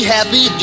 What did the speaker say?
Happy